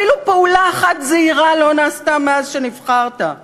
אפילו פעולה אחת זעירה לא נעשתה מאז נבחרת.